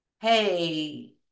hey